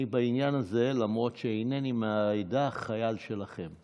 בעניין הזה, למרות שאינני מהעדה, אני חייל שלכם.